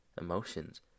emotions